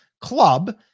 club